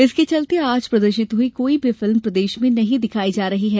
इसके चलते आज प्रदर्शित हई कोई भी फिल्म प्रदेश में नहीं दिखाई जा रही है